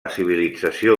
civilització